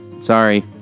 sorry